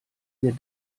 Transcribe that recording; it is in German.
wir